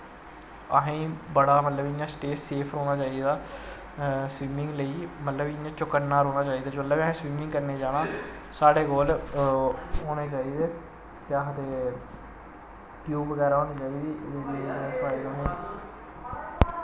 असें बड़ा मतलव कि इयां सेफ रौह्ना चाही दा मतलव की इयां चौकन्ना रौह्ना चाही दा जिसलै बी असैं स्विमिंग करने गी जाना साढ़े कोल होने चाही दे केह् आखदे टयूब बगैरा होनी चाही दी